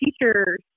teachers